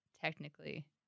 technically